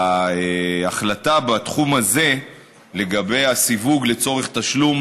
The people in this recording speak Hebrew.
וההחלטה בתחום הזה לגבי הסיווג לצורך תשלום